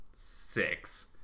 six